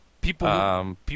People